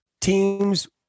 teams